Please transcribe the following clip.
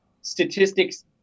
statistics